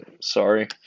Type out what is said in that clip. Sorry